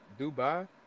Dubai